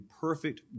perfect